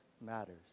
matters